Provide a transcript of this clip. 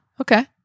Okay